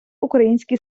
український